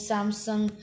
Samsung